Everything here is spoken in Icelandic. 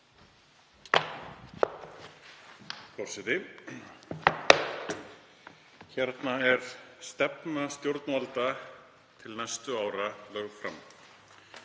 Hér er stefna stjórnvalda til næstu ára lögð fram